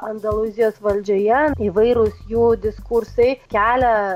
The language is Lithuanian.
andalūzijos valdžioje įvairūs jų diskursai kelia